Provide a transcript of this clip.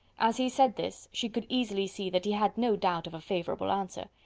as he said this, she could easily see that he had no doubt of a favourable answer.